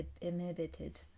inhibited